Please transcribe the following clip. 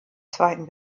zweiten